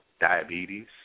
diabetes